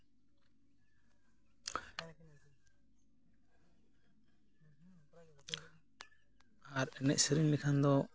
ᱟᱨ ᱮᱱᱮᱡ ᱥᱮᱨᱮᱧ ᱞᱮᱠᱷᱟᱱ ᱫᱚ